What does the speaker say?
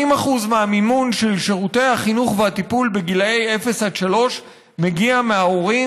80% מהמימון של שירותי החינוך והטיפול בגילי אפס עד שלוש מגיע מההורים,